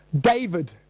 David